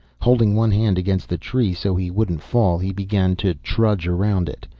holding one hand against the tree so he wouldn't fall, he began to trudge around it.